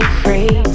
free